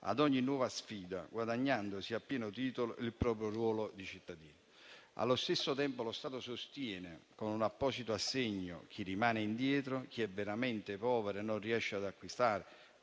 ad ogni nuova sfida, guadagnandosi a pieno titolo il proprio ruolo di cittadino. Allo stesso tempo lo Stato sostiene con un apposito assegno chi rimane indietro, chi è veramente povero e non riesce ad acquistare